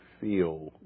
feel